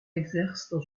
exercent